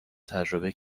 تجربه